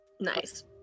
Nice